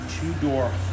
two-door